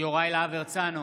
יוראי להב הרצנו,